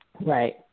Right